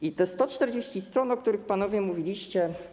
I te 140 stron, o których panowie mówiliście.